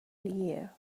year